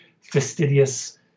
fastidious